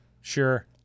Sure